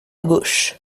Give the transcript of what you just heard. gauche